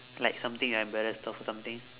like something you're embarrassed of or something